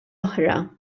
oħra